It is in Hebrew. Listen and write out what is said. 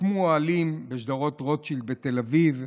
הוקמו אוהלים בשדרות רוטשילד בתל אביב,